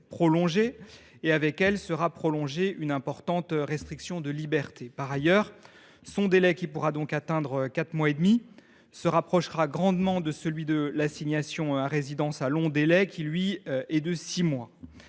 prolongée, et avec elle sera prolongée une importante restriction de liberté. Par ailleurs, son délai, qui pourra donc atteindre quatre mois et demi, se rapprochera grandement de celui de l’assignation à résidence à long délai, qui est de six mois.